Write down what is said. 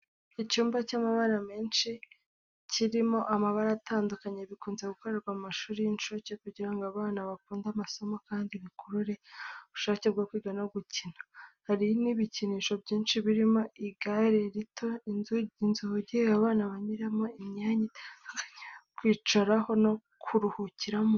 Icyumba cy’amabara menshi kirimo amabara atandukanye, bikunze gukorwa mu mashuri y’inshuke kugira ngo abana bakunde amasomo kandi bikurure ubushake bwo kwiga no gukina. Hari n’ibikinisho byinshi birimo igare rito inzugi abana banyuramo Imyanya itandukanye yo kwicaraho no kuruhukiramo.